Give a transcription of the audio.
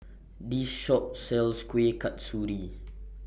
This Shop sells Kuih Kasturi